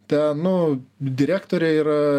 ten nu direktorė yra